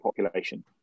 population